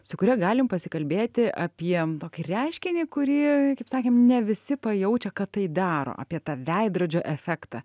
su kuria galim pasikalbėti apie tokį reiškinį kurį kaip sakėm ne visi pajaučia kad tai daro apie tą veidrodžio efektą